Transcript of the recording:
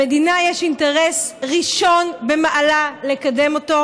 למדינה יש אינטרס ראשון במעלה לקדם אותו,